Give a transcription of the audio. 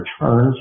returns